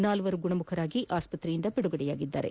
ನಾಲ್ವರು ಗುಣಮುಖರಾಗಿ ಆಸ್ಪತ್ರೆಯಿಂದ ಬಿಡುಗಡೆಯಾಗಿದ್ದಾರೆ